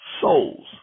souls